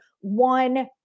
one